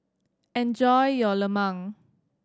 enjoy your lemang